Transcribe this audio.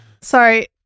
Sorry